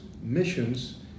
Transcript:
missions